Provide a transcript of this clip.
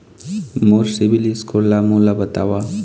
मोर CIBIL score ला मोला बताव?